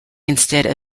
instead